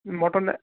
mutton